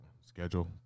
Schedule